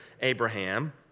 Abraham